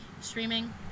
Streaming